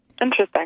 Interesting